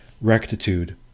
rectitude